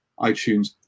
iTunes